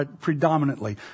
predominantly